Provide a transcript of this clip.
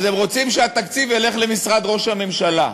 אז הם רוצים שהתקציב ילך למשרד ראש הממשלה,